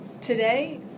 Today